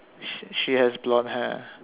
she she has blonde hair